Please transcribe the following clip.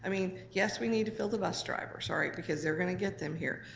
i mean, yes, we need to fill the bus driver, sorry, because they're gonna get them here.